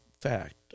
fact